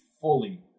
fully